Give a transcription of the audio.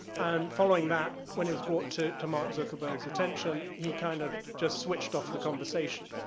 and following that, when it was brought to to mark zuckerberg's attention, he kind of just switched off the conversation.